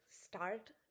start